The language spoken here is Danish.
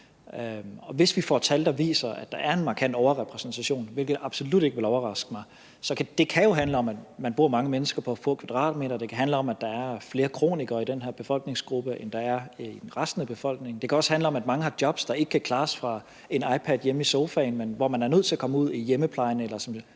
der viser, at der er en markant overrepræsentation, hvilket absolut ikke ville overraske mig, kan det jo handle om, at man bor mange mennesker på få kvadratmeter, og det kan handle om, at der er flere kronikere i den her befolkningsgruppe, end der er i resten af befolkningen. Det kan også handle om, at mange har jobs, der ikke kan klares fra en iPad hjemme i sofaen, men hvor man er nødt til at komme ud i hjemmeplejen eller som